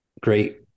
great